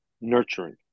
nurturing